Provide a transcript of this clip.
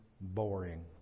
boring